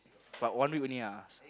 but one week only ah